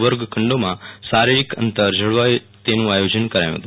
વર્ગ ખંડમાં શારિરીક અંતર જળવાયું તેન આયોજન કરાયું હત